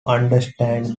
understand